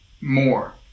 more